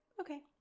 okay